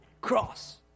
cross